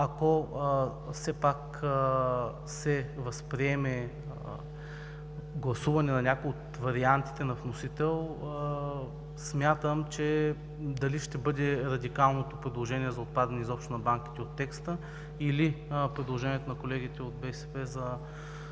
Ако все пак се възприеме гласуване на някои от вариантите на вносител, дали ще бъде радикалното предложение за отпадане изобщо на банките от текста, или предложението на колегите от „БСП за България“